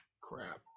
Crap